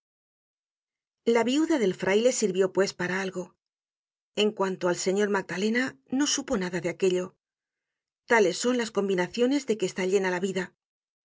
la viuda del fraile sirvió pues para algo en cuanto al señor magdalena no supo nada de aquello tales son las combinaciones de que está llena la vida